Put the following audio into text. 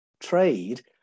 trade